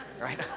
right